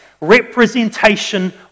representation